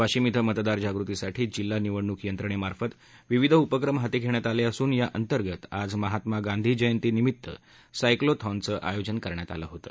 वाशिम क्रें मतदार जागृतीसाठी जिल्हा निवडणूक यंत्रणेमार्फत विविध उपक्रम हाती घेण्यात आले असून या अंतर्गत आज महात्मा गांधी जयंती निमित्त सायक्लोथॉनचं आयोजन करण्यात आलं होतं